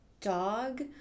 dog